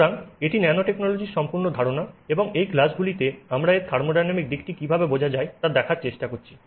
সুতরাং এটি ন্যানোটেকনোলজির সম্পূর্ণ ধারণা এবং এই ক্লাসগুলিতে আমরা এর থার্মোডাইনামিক দিকটি কীভাবে বোঝা যায় তা দেখার চেষ্টা করছি